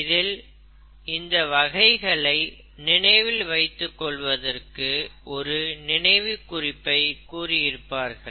இதில் இந்த வகைகளை நினைவில் வைத்து கொள்வதகுற்கு ஒரு நினைவுக் குறிப்பை கூறி இருப்பார்கள்